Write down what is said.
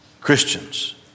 Christians